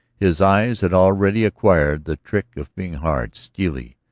his eyes had already acquired the trick of being hard, steely,